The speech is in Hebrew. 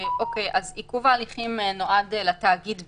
עיכוב ההליכים נועד לתאגיד בלבד,